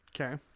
Okay